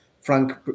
Frank